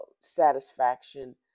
satisfaction